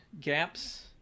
gaps